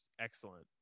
excellent